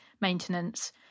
maintenance